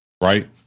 right